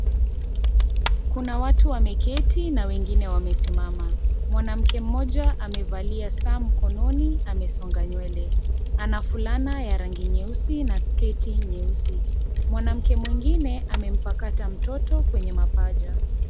Kuna watu wameketi na wengine wamesimama mwanamke mmoja amevaa saa mkononi amesonga nywele, ana fulana ya rangi nyeusi na siketi nyeusi ,mwanamke mwingine amemkapata mtoto kwenye mapaja.